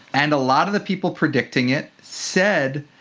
and a lot of the people predicting it said,